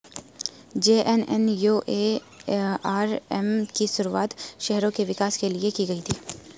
JNNURM की शुरुआत शहरों के विकास के लिए की गई थी